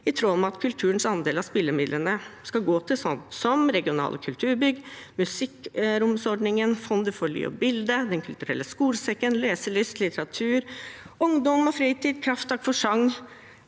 i tråd med at kulturens andel av spillemidlene skal gå til regionale kulturbygg, musikkromsordningen, Fond for lyd og bilde, Den kulturelle skolesekken, leselyst, litteratur, ungdom og fritid og Krafttak for sang.